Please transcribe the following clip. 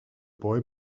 boy